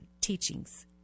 teachings